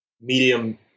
medium